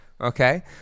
okay